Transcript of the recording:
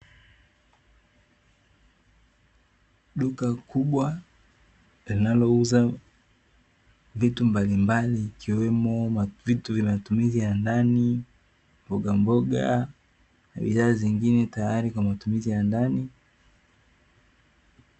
Duka kubwa linalo uza vitu mbalimbali ikiwemo vitu vina matumizi ya ndani, mbogamboga vizazi vingine tayari kwa matumizi ya ndani.